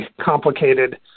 complicated